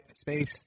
space